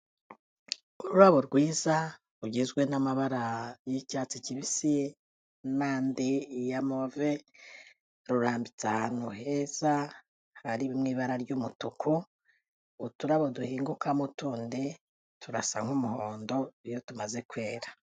Ururabo rwiza rugizwe n'amabara y'icyatsi kibisi n'andi ya move, rurambitse ahantu heza, hari mu ibara ry'umutuku, uturabo duhingukamo tundi turasa nk'umuhondo iyo tumaze kwera.